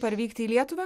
parvykti į lietuvą